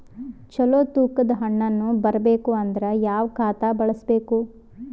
ಚಲೋ ತೂಕ ದ ಹಣ್ಣನ್ನು ಬರಬೇಕು ಅಂದರ ಯಾವ ಖಾತಾ ಬಳಸಬೇಕು?